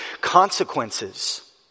consequences